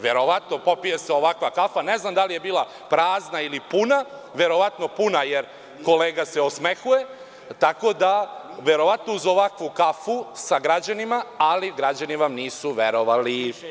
Verovatno, popije se ovakva kafa, ne znam da li je bila prazna ili puna, verovatno puna, jer kolega se osmehuje, tako da verovatno uz ovakvu kafu sa građanima, ali građani vam nisu verovali.